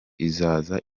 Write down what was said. izaza